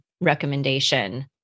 recommendation